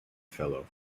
fellow